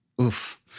Oof